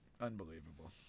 Unbelievable